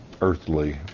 earthly